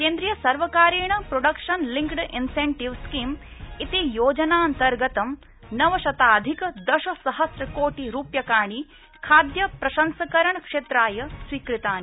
केन्द्रीयसर्वकारेण production linked incentive scheme इति योजनान्तर्गतं नवशताधिक दशसहस्रकोटि रूप्यकाणि खाद्यप्रसंस्करणक्षेत्राय स्वीकृतानि